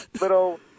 little